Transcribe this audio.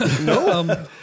No